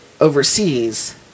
overseas